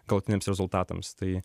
galutiniams rezultatams tai